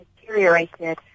deteriorated